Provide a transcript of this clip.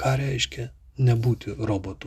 ką reiškia nebūti robotu